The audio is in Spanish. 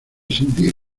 sentir